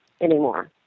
anymore